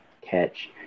catch